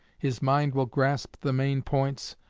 his mind will grasp the main points,